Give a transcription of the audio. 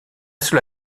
cela